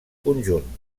conjunt